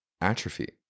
atrophy